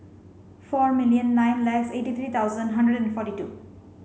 four million nine lakhs eighty three thousand hundred and forty two